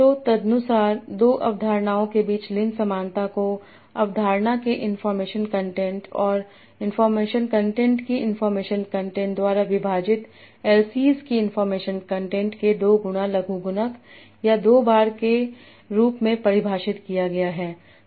तो तदनुसार दो अवधारणाओं के बीच लिन समानता को अवधारणा के इनफार्मेशन कंटेंट और इनफार्मेशन कंटेंट की इनफार्मेशन कंटेंट द्वारा विभाजित L Cs की इनफार्मेशन कंटेंट के दो गुना लघुगणक या दो बार के रूप में परिभाषित किया गया है